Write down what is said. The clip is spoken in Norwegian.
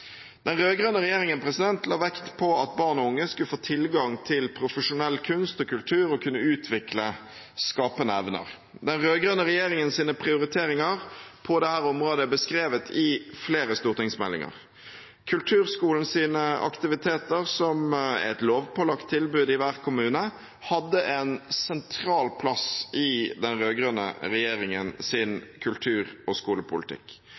Den rød-grønne regjeringen la vekt på at barn og unge skulle få tilgang til profesjonell kunst og kultur og kunne utvikle skapende evner. Den rød-grønne regjeringens prioriteringer på dette området er beskrevet i flere stortingsmeldinger. Kulturskolens aktiviteter, som er et lovpålagt tilbud i hver kommune, hadde en sentral plass i den rød-grønne regjeringens kultur- og skolepolitikk.